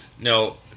no